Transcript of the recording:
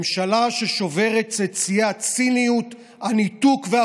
ממשלה ששוברת את שיאי הניתוק, הציניות והחוצפה,